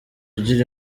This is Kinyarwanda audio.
ugira